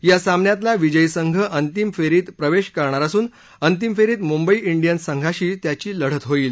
या सामन्यातला विजयी संघ अंतिम फेरीत प्रवेश करणार असून अंतिम फेरीत मुंबई डियन्स संघाशी त्याची लढत होईल